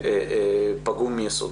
פגום מיסודו.